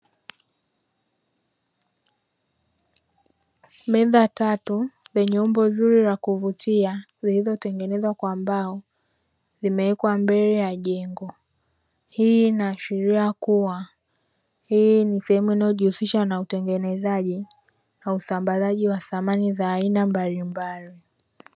Meza tatu zenye umbo zuri za kuvutia zilizotengenezwa kwa mbao zimewekwa mbele ya jengo. Hii inaashiria kuwa hii ni sehemu inayojihusisha na utengenezaji na usambazaji wa samani mbalimbali.